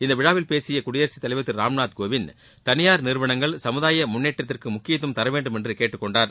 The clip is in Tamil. இந்த விழாவில் பேசிய குடியரசுத்தலைவர் திரு ராம்நாத் கோவிந்த் தனியார் நிறுவனங்கள் சமுதாய முள்னேற்றத்திற்கு முக்கியத்துவம் தரவேண்டும் என்று கேட்டுக்கொண்டார்